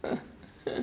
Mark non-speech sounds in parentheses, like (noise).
(noise)